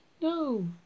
No